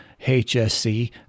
HSC